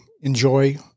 enjoy